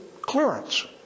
clearance